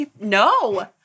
No